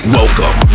Welcome